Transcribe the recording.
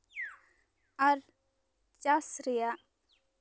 ᱟᱨ ᱪᱟᱥ ᱨᱮᱭᱟᱜ